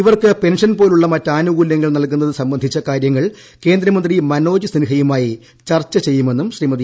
ഇവർക്ക് പെൻഷൻ പോലുള്ള മറ്റാനുകൂലൃങ്ങൾ നൽകുന്നത് സംബന്ധിച്ച കാര്യങ്ങൾ കേന്ദ്രമന്ത്രി മനോജ് സിൻഹയുമായി ചർച്ച ചെയ്യുമെന്നും ശ്രീമതി